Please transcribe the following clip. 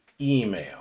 email